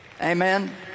Amen